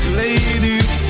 ladies